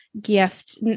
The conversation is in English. gift